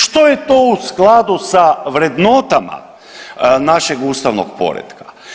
Što je to u skladu sa vrednotama našeg ustavnog poretka.